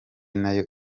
nayo